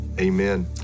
Amen